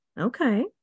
okay